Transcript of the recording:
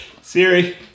Siri